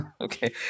okay